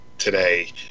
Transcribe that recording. today